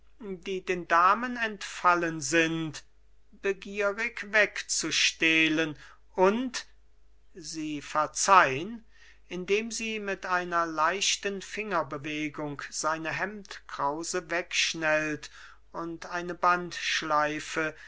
die den damen entfallen sind begierig wegzustehlen und sie verzeihn indem sie mit einer leichten fingerbewegung seine hemdkrause wegschnellt und eine